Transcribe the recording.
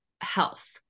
health